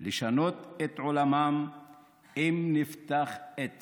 לשנות את עולמם אם נפתח את